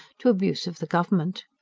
to abuse of the government.